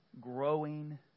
growing